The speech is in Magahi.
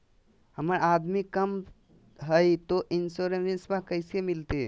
हमर आमदनी कम हय, तो इंसोरेंसबा कैसे मिलते?